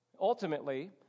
Ultimately